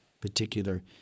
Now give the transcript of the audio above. particular